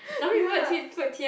yeah